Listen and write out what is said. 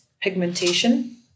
pigmentation